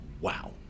wow